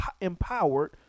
empowered